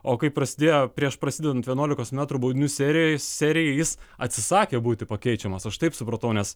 o kai prasidėjo prieš prasidedant vienuolikos metrų baudinių serijoje serijoje jis atsisakė būti pakeičiamas aš taip supratau nes